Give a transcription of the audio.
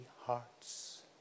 hearts